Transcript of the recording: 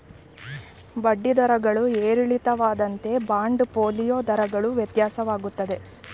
ಬಡ್ಡಿ ದರಗಳು ಏರಿಳಿತವಾದಂತೆ ಬಾಂಡ್ ಫೋಲಿಯೋ ದರಗಳು ವ್ಯತ್ಯಾಸವಾಗುತ್ತದೆ